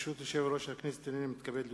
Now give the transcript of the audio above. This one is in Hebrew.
ברשות יושב-ראש הכנסת, הנני מתכבד להודיעכם,